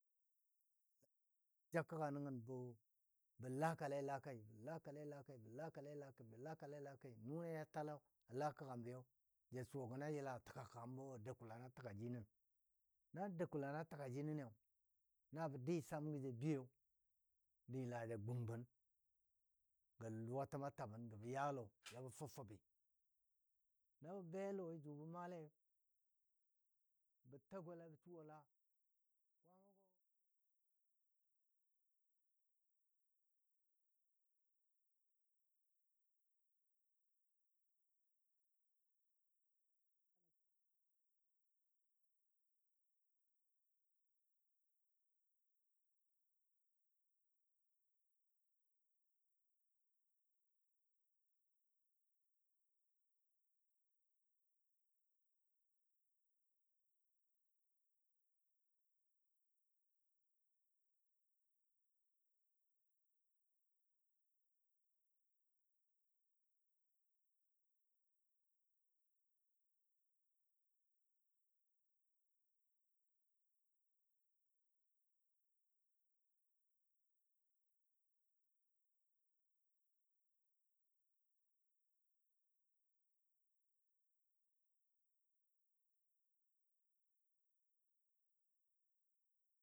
Labə ja kəgga nəngən bə lakale lakai bə lakale lakai bə lakale lakai bə lakale lakai nuni ya tal ala kaambi ja suwa gən ayila təga kambo, a dou kulano təka ji nən, na dou kulano taka ji nən ni, na bə di sam go ja biyai di la ja gung bən gɔ a luwa bən bə ya lɔ ya ba fəb fəbi na bə be lɔi ju bə malai bə ta gɔla bə suu a laa, kwama go mikel bumniwo bə yum mwelei wo ju bə nəngəni yau ta gola kawai ya bə ka dala kuli gɔ na bə bei nangɔ ba yu mwele nən sa jəgbəm dʊtɔ a mugo butoi mi kel bum yutəm mwe wo to labə yu mwemo bə yila bə bei la bə ta yitəm nyanga lɔngɔ labə yi nyanga lɔngo lei a ja ma ja shi ja maa jijaləno di gwam la bii ja jebən baja təga bəm ja murbən yo yo ja murbən taal taal na betə batəno bə la nukuniyau ja murbən taal taal labɔ bən naali ja kabən yo yo kishi go win la bə ja jija ləna dii bə yi lan kiyotəm kel la kiyotəm kel kandi wuni yau tetəm bəno ju ja malai.